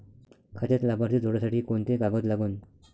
खात्यात लाभार्थी जोडासाठी कोंते कागद लागन?